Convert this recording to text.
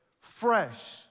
fresh